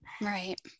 Right